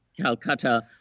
calcutta